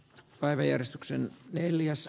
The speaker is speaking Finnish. päiväjärjestyksen neljäs